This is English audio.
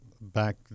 back